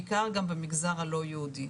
בעיקר גם במגזר הלא יהודי,